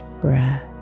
breath